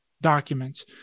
documents